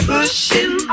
Pushing